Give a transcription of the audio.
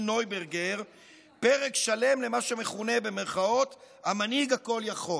נויברגר פרק שלם למה שמכונה "המנהיג הכול-יכול".